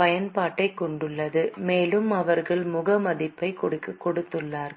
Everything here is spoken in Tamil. பயன்பாட்டைக் கொண்டுள்ளது மேலும் அவர்கள் முக மதிப்பைக் கொடுத்துள்ளனர்